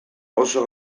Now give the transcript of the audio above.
oso